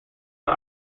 are